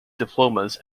diplomas